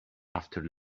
after